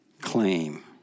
claim